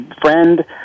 friend